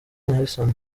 harrison